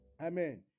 Amen